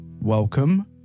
Welcome